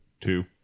two